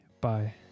Bye